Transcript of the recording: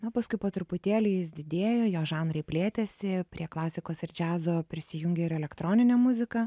o paskui po truputėlį jis didėjo jo žanrai plėtėsi prie klasikos ir džiazo prisijungė ir elektroninė muzika